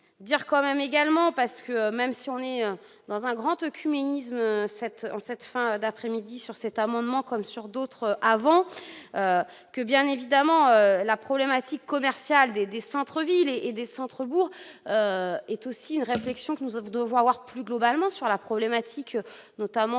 dire quand même, également, parce que même si on est dans un grand tout cuménisme 7 en cette fin d'après-midi sur cet amendement comme sur d'autres avant que bien évidemment, la problématique commerciale des des centres-villes et et des centres bourgs est aussi une réflexion que nous avons vont avoir plus globalement sur la problématique notamment